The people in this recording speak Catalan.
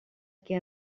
què